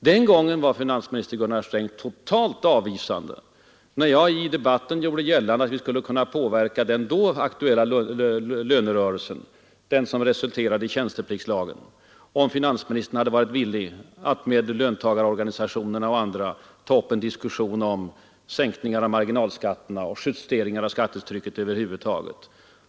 Den gången var finansminister Gunnar Sträng totalt avvisande, när jag i debatten gjorde gällande att vi skulle kunna påverka den då aktuella lönerörelsen, som resulterade i tjänstepliktslagen, om finansministern hade varit villig att med löntagarorganisationerna och andra ta upp en diskussion om sänkningar av marginalskatterna och justeringar av skattetrycket över huvud taget.